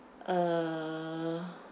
uh